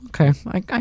Okay